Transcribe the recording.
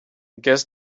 guess